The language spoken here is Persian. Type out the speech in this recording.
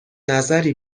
نظری